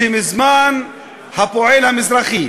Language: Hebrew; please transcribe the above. מזמן הפועל המזרחי